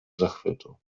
zachwytu